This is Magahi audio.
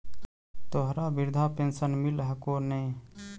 तोहरा वृद्धा पेंशन मिलहको ने?